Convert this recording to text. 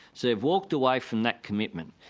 so they've walked away from that commitment.